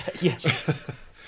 Yes